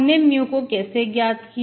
हमने mu को कैसे ज्ञात किया